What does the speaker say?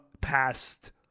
past